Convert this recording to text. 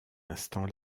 instant